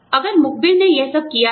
तो अगर मुखबिर ने यह सब किया है